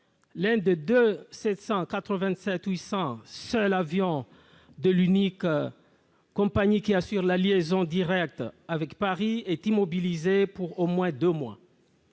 L'un des deux 787-8, seuls avions de l'unique compagnie qui assure la liaison directe avec Paris, est immobilisé pour au moins deux mois.